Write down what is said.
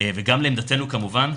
וגם לעמדתנו כמובן,